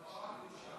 פרה קדושה.